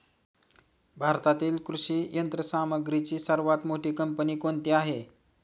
भारतातील कृषी यंत्रसामग्रीची सर्वात मोठी कंपनी कोणती आहे?